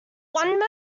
moment